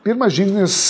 pirmas žingsnis